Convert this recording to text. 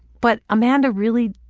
but, amanda really